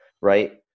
Right